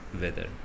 weather